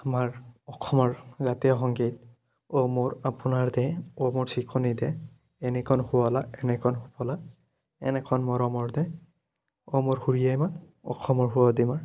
আমাৰ অসমৰ জাতীয় সংগীত অ' মোৰ আপোনাৰ দেশ অ' মোৰ চিকুনী দেশ এনেখন শুৱলা এনেখন সুফলা এনেখন মৰমৰ দেশ অ' মোৰ সুৰীয়াৰ মাত অসমৰ সুৱদি মাত